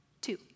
Two